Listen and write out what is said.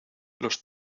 los